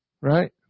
right